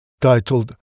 titled